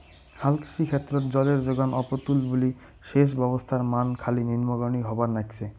হালকৃষি ক্ষেত্রত জলের জোগান অপ্রতুল বুলি সেচ ব্যবস্থার মান খালি নিম্নগামী হবার নাইগছে